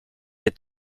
est